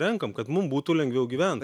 renkam kad mum būtų lengviau gyvent